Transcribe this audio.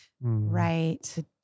Right